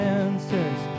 answers